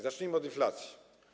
Zacznijmy od inflacji.